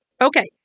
Okay